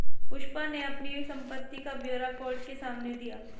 पुष्पा ने अपनी संपत्ति का ब्यौरा कोर्ट के सामने दिया